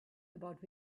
about